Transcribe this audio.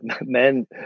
men